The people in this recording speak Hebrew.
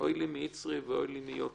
אוי לי מיצרי, ואוי לי מיוצרי.